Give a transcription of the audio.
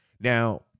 Now